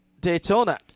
Daytona